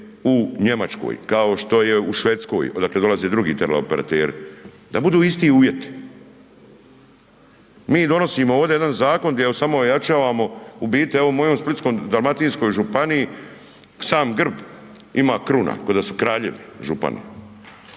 u Njemačkoj, kao što je u Švedskoj odakle dolaze drugi teleoperateri. Da budu isti uvjeti. Mi donosimo ovdje jedan zakon gdje samo ojačavamo u biti, evo u mojoj Splitsko-dalmatinskoj županiji, sam grb ima kruna ko da su kraljevi župani.